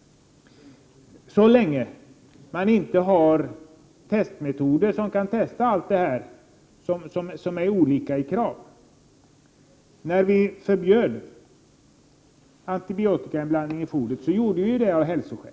Så kommer det också att förbli så länge det inte finns metoder för testning av att de svenska följs. Antibiotikainblandning i djurfoder förbjöds av hälsoskäl.